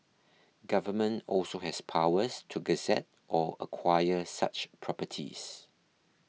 government also has powers to gazette or acquire such properties